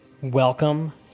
Welcome